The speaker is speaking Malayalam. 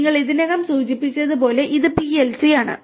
നിങ്ങൾ ഇതിനകം സൂചിപ്പിച്ചതുപോലെ ഇത് PLC ആണ്